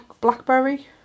blackberry